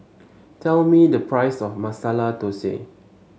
tell me the price of Masala Dosa